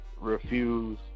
refuse